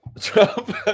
Trump